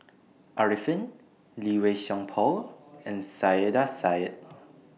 Arifin Lee Wei Song Paul and Saiedah Said